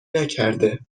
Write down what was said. نکرده